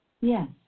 Yes